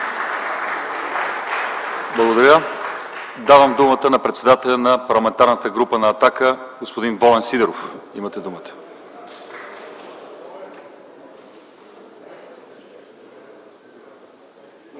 Благодаря. Давам думата на председателя на Парламентарната група на „Атака” господин Волен Сидеров. ВОЛЕН СИДЕРОВ